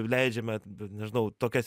leidžiame nežinau tokias